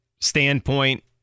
standpoint